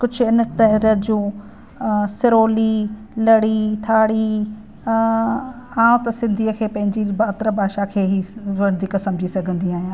कुझु इन तरह जूं सिरोली लड़ी थाड़ी अ आंउ त सिन्धीअ खे पंहिंजी मातृभाषा खे ई वधीक सम्झी सघंदी आहियां